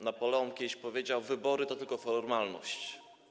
Napoleon kiedyś powiedział, że wybory to tylko formalność.